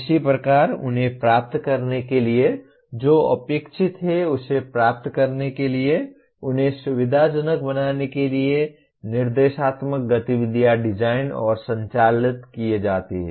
इसी प्रकार उन्हें प्राप्त करने के लिए जो अपेक्षित है उसे प्राप्त करने के लिए उन्हें सुविधाजनक बनाने के लिए निर्देशात्मक गतिविधियाँ डिज़ाइन और संचालित की जाती हैं